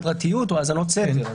כמו גם להגנת הפרטיות והאזנות סתר.